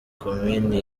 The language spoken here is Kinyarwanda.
komini